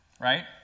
right